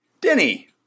Denny